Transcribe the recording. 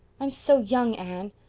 i'm so young, anne.